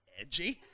edgy